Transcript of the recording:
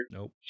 Nope